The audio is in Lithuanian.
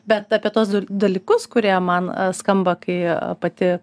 bet apie tuos dalykus kurie man skamba kai pati